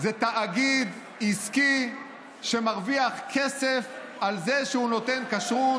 זה תאגיד עסקי שמרוויח כסף על זה שהוא נותן כשרות,